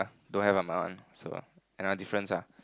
do have by my own so another difference lah